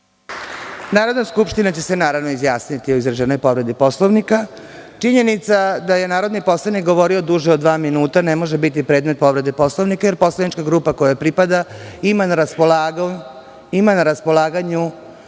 Narodna skupština će se izjasniti o izraženoj povredi Poslovnika. Činjenica da je narodni poslanik govorio duže od dva minuta, ne može biti predmet povrede Poslovnika, jer poslanička grupa kojoj pripada ima na raspolaganju